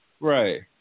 Right